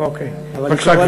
בבקשה,